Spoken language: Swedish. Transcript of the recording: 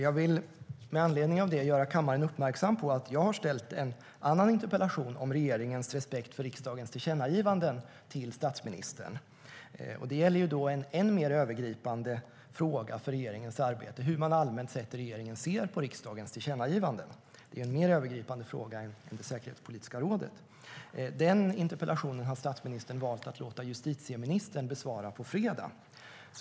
Jag vill med anledning av det göra kammaren uppmärksam på att jag har ställt en interpellation till statsministern om regeringens respekt för riksdagens tillkännagivanden. Det är en än mer övergripande fråga för regeringens arbete, hur man allmänt i regeringen ser på riksdagens tillkännagivanden - än den om det säkerhetspolitiska rådet. Den här interpellationen har statsministern valt att låta justitieministern besvara på fredag.